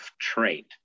trait